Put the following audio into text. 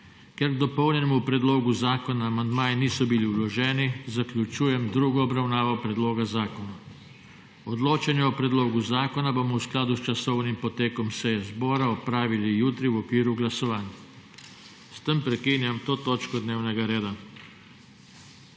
Ker k dopolnjenemu predlogu zakona amandmaji niso bili vloženi, zaključujem drugo obravnavo predloga zakona. Odločanje o predlogu zakona bomo v skladu s časovnim potekom seje zbora opravili jutri v okviru glasovanj. S tem prekinjam to točko dnevnega reda.